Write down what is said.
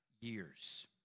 years